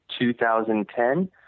2010